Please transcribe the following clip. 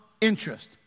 interest